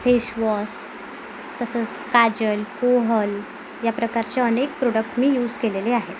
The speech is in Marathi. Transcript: फेशवॉस तसंस काजल कोहल या प्रकारचे अनेक प्रोडक्ट मी युस केलेले आहेत